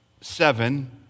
seven